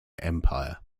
empire